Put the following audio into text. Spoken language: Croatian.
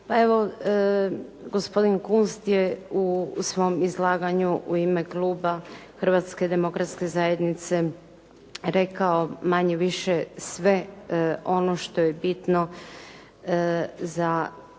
Evo, gospodin Kunst je u svom izlaganju i ime Kluba Hrvatske Demokratske Zajednice rekao manje-više sve ono što je bitno za da tako